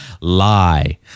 lie